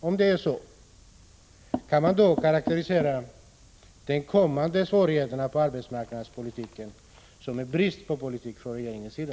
Om det är så, kan man då karakterisera de kommande svårigheterna på arbetsmarknaden som en brist från regeringens sida?